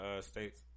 state's